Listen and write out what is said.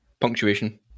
Punctuation